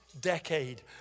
decade